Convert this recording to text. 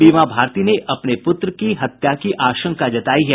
बीमा भारती ने अपने पुत्र की हत्या की आशंका जताई है